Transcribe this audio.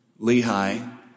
Lehi